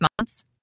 months